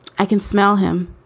i can smell him.